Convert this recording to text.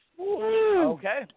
Okay